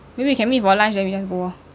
maybe we can meet for lunch then we just go orh